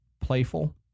playful